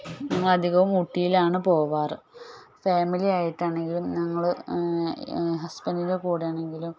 ഞങ്ങൾ അധികവും ഊട്ടിയിലാണ് പോകാറ് ഫാമിലിയായിട്ടാണെങ്കിലും ഞങ്ങള് ഹസ്ബെന്റിൻ്റെ കൂടെയാണെങ്കിലും